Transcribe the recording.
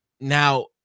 now